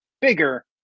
bigger